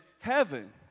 heaven